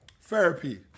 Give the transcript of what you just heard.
therapy